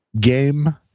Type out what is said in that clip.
game